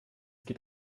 geht